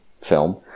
film